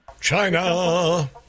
China